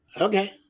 Okay